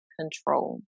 control